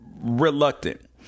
Reluctant